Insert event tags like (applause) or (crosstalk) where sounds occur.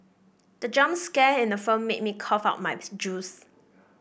the jump scare in the film made me cough out my (noise) juice